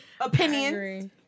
Opinions